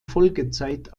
folgezeit